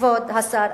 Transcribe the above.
כבוד השר,